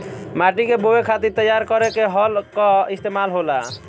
माटी के बोवे खातिर तैयार करे में हल कअ इस्तेमाल होला